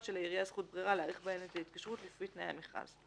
שלעירייה זכות ברירה להאריך בהן את ההתקשרות לפי תנאי המכרז".